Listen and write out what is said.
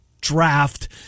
draft